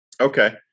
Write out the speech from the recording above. Okay